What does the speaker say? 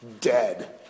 dead